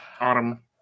Autumn